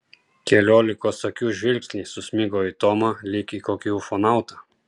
keliolikos akių žvilgsniai susmigo į tomą lyg į kokį ufonautą